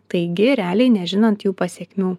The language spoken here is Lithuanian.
taigi realiai nežinant jų pasekmių